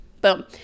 Boom